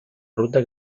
ruta